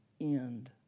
end